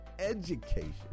education